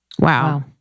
Wow